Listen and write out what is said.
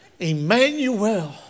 Emmanuel